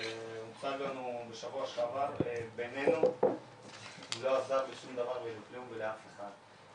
שהוצגה לנו בשבוע שעבר בינינו לא עזרה לשום דבר ולאף אחד,